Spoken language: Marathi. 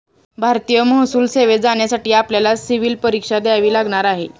भारतीय महसूल सेवेत जाण्यासाठी आपल्याला सिव्हील परीक्षा द्यावी लागणार आहे